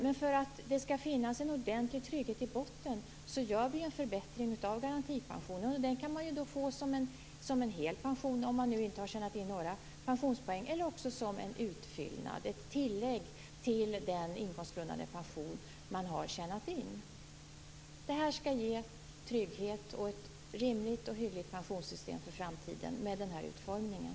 Men för att det skall finnas en ordentlig trygghet i botten gör vi en förbättring av garantipensionen. Den kan man då få som en hel pension om man inte har tjänat in några pensionspoäng eller också som en utfyllnad, ett tillägg till den inkomstgrundande pension som man har tjänat in. Med den här utformningen skall pensionssystemet ge trygghet, och det blir rimligt och hyggligt för framtiden.